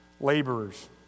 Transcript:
laborers